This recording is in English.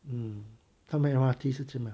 hmm 他们 M_R_T 是怎么样